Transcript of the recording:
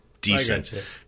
decent